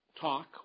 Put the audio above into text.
talk